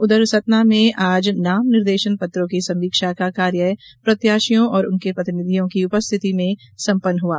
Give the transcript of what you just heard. उधर सतना में आज नाम निर्देशन पत्रों की संवीक्षा का कार्य प्रत्याशियों और उनके प्रतिनिधियो की उपस्थिति में संपन्न हुआ